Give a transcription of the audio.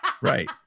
Right